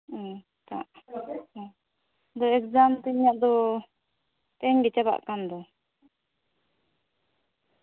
ᱛᱚ ᱛᱚ ᱮᱠᱡᱟᱢ ᱛᱮᱦᱮᱧᱟᱜ ᱫᱚ ᱛᱮᱦᱮᱧ ᱜᱮ ᱪᱟᱵᱟᱜ ᱠᱟᱱ ᱫᱚ